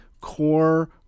core